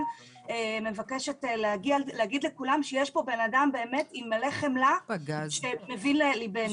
מבקשת להגיד לכולם שיש פה אדם מלא חמלה מבין לליבנו.